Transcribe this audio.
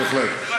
בהחלט,